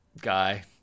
guy